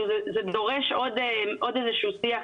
זה דורש עוד איזשהו שיח,